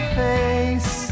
face